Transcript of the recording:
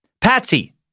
Patsy